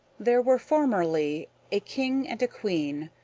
there were formerly a king and a queen,